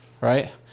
right